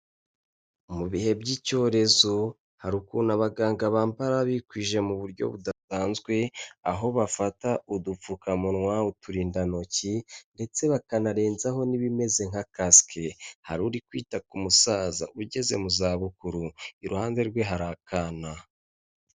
Mu bihe by'icyorezo hari ukuntu abaganga bambara bikwije mu buryo budasanzwe, aho bafata udupfukamunwa, uturindantoki ndetse bakanarenzaho n'ibimeze nka kasike, hari uri kwita ku musaza ugeze mu zabukuru iruhande rwe hari akana.